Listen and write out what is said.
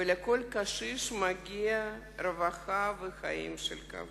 ולכל קשיש מגיעים רווחה וחיים של כבוד.